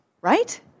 Right